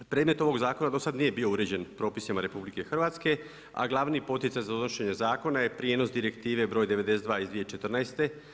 Predmet ovog zakona do sad nije bio uređen propisima RH, a glavni poticaj za donošenje zakona je prijenos Direktive br. 92 iz 2014.